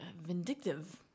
vindictive